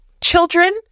children